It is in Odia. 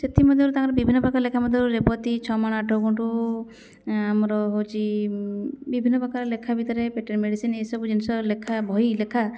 ସେଥିମଧ୍ୟରୁ ତାଙ୍କର ବିଭିନ୍ନପ୍ରକାର ଲେଖା ମଧ୍ୟରୁ ରେବତୀ ଛମାଣ ଆଠଗୁଣ୍ଠ ଆମର ହେଉଛି ବିଭିନ୍ନପ୍ରକାର ଲେଖା ଭିତରେ ପେଟେନ ମେଡ଼ିସିନ ଏସବୁ ଜିନିଷ ଲେଖା ବହି ଲେଖା